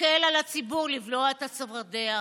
שתקל על הציבור לבלוע את הצפרדע.